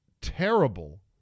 terrible